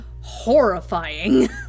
horrifying